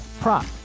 prop